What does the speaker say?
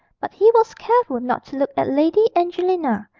but he was careful not to look at lady angelina,